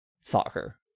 soccer